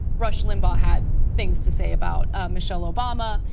rush limbaugh had things to say about michelle obama.